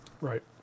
Right